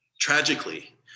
Tragically